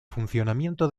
funcionamiento